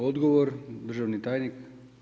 Odgovor, državni tajnik.